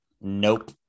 Nope